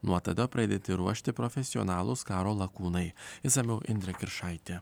nuo tada pradėti ruošti profesionalūs karo lakūnai išsamiau indrė kiršaitė